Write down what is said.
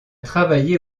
travaillé